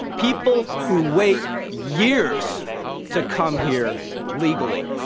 people who wait years to come here legally,